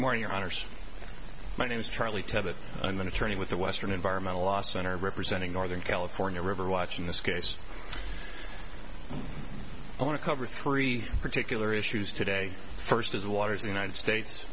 of your honor's my name's charlie to that i'm an attorney with the western environmental law center representing northern california river watching this case i want to cover three particular issues today first as water is the united states